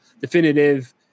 definitive